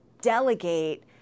delegate